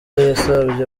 yasabye